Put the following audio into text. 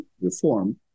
reform